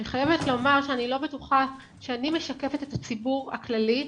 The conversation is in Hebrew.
אני חייבת לומר שאני לא בטוחה שאני משקפת את הציבור הכללי.